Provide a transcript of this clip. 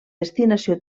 destinació